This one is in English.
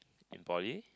in Poly